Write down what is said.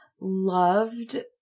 loved